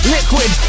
Liquid